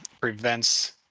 prevents